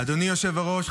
אדוני היושב-ראש,